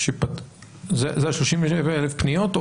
זה 37,000 פניות?